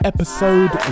Episode